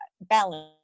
balance